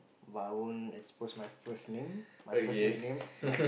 but I won't expose my first name my first nickname my